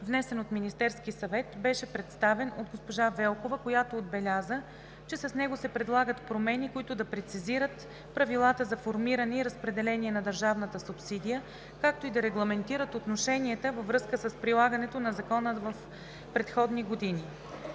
внесен от Министерския съвет беше представен от госпожа Велкова, която отбеляза, че с него се предлагат промени, които да прецизират правилата за формиране и разпределение на държавната субсидия, както и да регламентират отношенията във връзка с прилагането на Закона в предходни години.